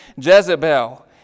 Jezebel